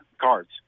cards